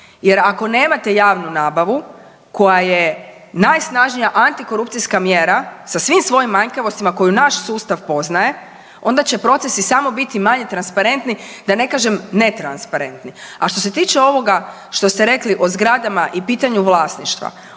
Jer ako nemate javnu nabavu koja je najsnažnija antikorupcijska mjera sa svim svojim manjkavostima koje naš sustav poznaje, onda će procesi samo biti manje transparentni, da ne kažem netransparentni. A što se tiče ovoga što ste rekli o zgradama i pitanju vlasništva,